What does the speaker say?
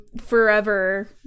forever